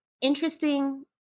interesting